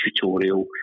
tutorial